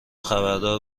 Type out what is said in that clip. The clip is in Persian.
خبردار